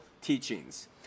teachings